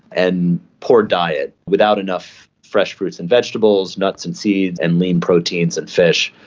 and poor diet, without enough fresh fruits and vegetables, nuts and seeds and lean proteins and fish.